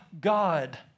God